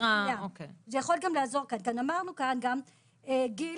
אמרנו כאן גם גיל,